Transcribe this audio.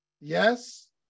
Yes